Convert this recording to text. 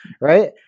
right